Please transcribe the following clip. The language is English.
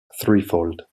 threefold